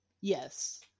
Yes